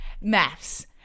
maths